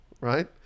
Right